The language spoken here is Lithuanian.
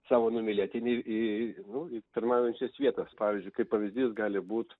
savo numylėtinį į nu į pirmąsias vietas pavyzdžiui kaip pavyzdys gali būt